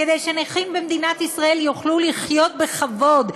כדי שנכים יוכלו לחיות בכבוד.